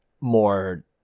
more